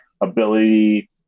ability